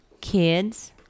kids